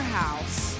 house